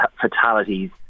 fatalities